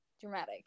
dramatic